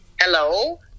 Hello